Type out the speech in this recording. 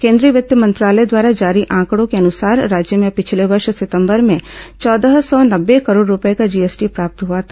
केंद्रीय वित्त मंत्रालय द्वारा जारी आंकड़ों के अनुसार राज्य में पिछले वर्ष सितंबर में चौदह सौ नब्बे करोड़ रूपये का जीएसटी प्राप्त हुआ था